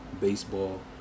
baseball